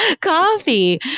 coffee